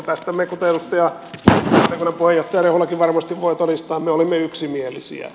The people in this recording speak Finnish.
tästä me kuten edustaja valiokunnan puheenjohtaja rehulakin varmasti voi todistaa olimme yksimielisiä